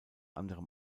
anderem